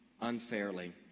unfairly